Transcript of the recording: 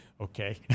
Okay